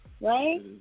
Right